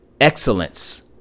excellence